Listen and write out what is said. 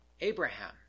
Abraham